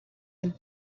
del